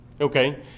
Okay